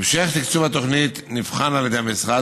המשך תקצוב התוכנית נבחן על ידי המשרד,